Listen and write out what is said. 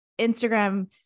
Instagram